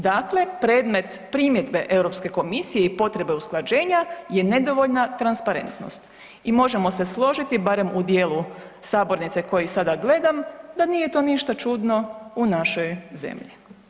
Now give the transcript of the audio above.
Dakle, predmet primjedbe Europske komisije i potrebe usklađenja je nedovoljna transparentnost i možemo se složiti barem u dijelu sabornice koji sada gledam da nije to ništa čudno u našoj zemlji.